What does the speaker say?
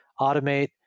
automate